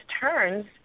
turns